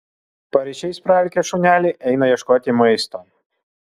paryčiais praalkę šuneliai eina ieškoti maisto